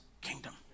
kingdom